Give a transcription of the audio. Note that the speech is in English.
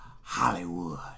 Hollywood